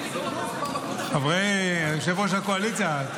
--- ראש הקואליציה.